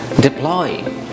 Deploy